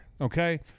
Okay